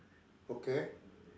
okay